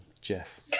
Jeff